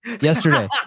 yesterday